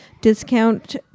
discount